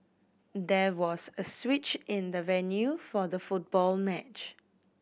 there was a switch in the venue for the football match